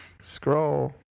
Scroll